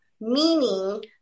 meaning